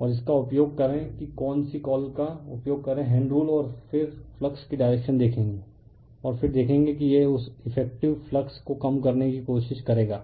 और इसका उपयोग करें कि कौन सी कॉल का उपयोग करें हैण्ड रूल और फिर फ्लक्स की डायरेक्शन देखेंगे और फिर देखेंगे कि यह उस इफेक्टिव फ्लक्स को कम करने की कोशिश करेगा